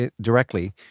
directly